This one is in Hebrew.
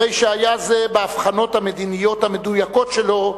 הרי שהיה זה באבחנות המדיניות המדויקות שלו,